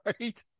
right